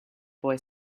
boy